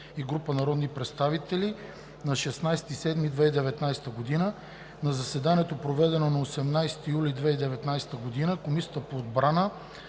и група народни представители на 16 юли 2019 г. На заседание, проведено на 18 юли 2019 г. Комисията по отбрана